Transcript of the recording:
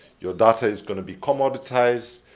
your data is gonna be commoditized,